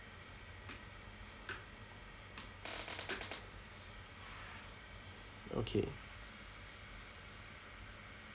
okay